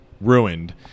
ruined